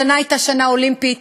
השנה הייתה שנה אולימפית,